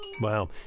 Wow